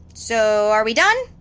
so are we done?